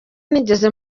nigeze